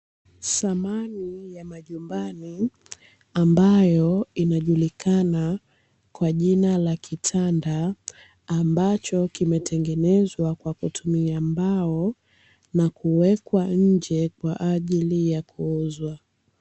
Samani ya majumbani ambayo inajulikana kwa jina la kitanda ambacho kimetengenezwa kwa kutumia mbao na kuwekwa nje kwa ajili ya kuuzwa.